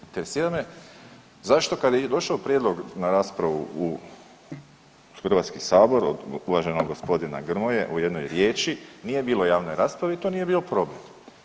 Interesira me zašto kada je došao prijedlog na raspravu u Hrvatski sabor od uvaženog gospodina Grmoje u jednoj riječi nije bilo javne rasprave i to nije bio problem.